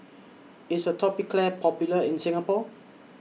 IS Atopiclair Popular in Singapore